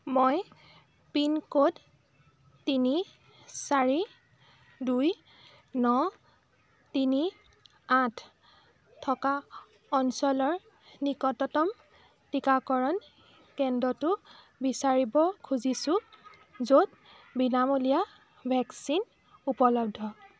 মই পিনক'ড তিনি চাৰি দুই ন তিনি আঠ থকা অঞ্চলৰ নিকটতম টীকাকৰণ কেন্দ্ৰটো বিচাৰিব খুজিছোঁ য'ত বিনামূলীয়া ভেকচিন উপলব্ধ